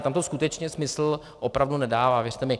Tam to skutečně smysl opravdu nedává, věřte mi.